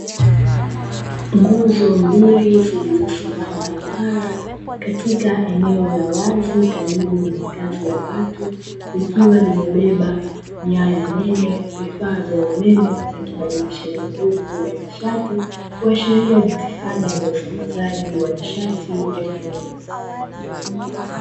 Nguzo mbili zilizosimama imara katika eneo la wazi karibu na makazi ya watu likiwa limebeba nyaya nene vifaa vya umeme na kibadilishaji nguvu ya nishati kuashiria jitihada za usambazaji wa nishati ya umeme.